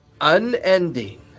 unending